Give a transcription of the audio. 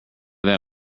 that